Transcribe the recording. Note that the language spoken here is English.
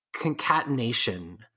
concatenation